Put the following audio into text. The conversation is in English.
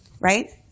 Right